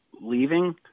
leaving